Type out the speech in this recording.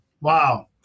Wow